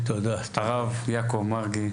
הרב יעקב מרגי,